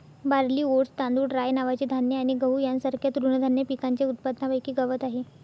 barley, oats, तांदूळ, rye नावाचे धान्य आणि गहू यांसारख्या तृणधान्य पिकांच्या उत्पादनापैकी गवत आहे